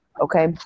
Okay